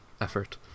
effort